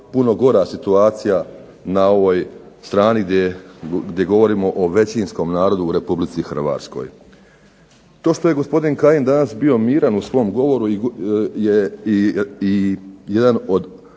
puno gora situacija gdje govorimo o većinskom narodu u Republici Hrvatskoj. To što je gospodin Kajin danas bio miran u svom govoru je i jedan od